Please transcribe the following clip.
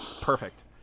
perfect